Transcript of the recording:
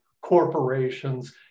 corporations